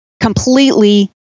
completely